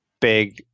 big